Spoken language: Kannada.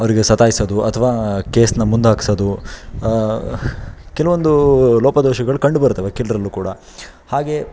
ಅವರಿಗೆ ಸತಾಯಿಸೋದು ಅಥವಾ ಕೇಸನ್ನ ಮುಂದೆ ಹಾಕ್ಸೋದು ಕೆಲವೊಂದು ಲೋಪದೋಷಗಳು ಕಂಡು ಬರ್ತವೆ ವಕೀಲ್ರಲ್ಲೂ ಕೂಡ ಹಾಗೆ